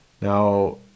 Now